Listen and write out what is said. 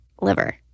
liver